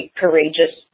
courageous